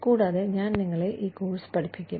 കൂടാതെ ഞാൻ നിങ്ങളെ ഈ കോഴ്സ് പഠിപ്പിക്കും